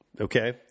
okay